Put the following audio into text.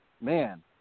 man